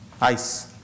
ice